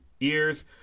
ears